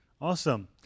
Awesome